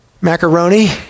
macaroni